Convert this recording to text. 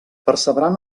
percebran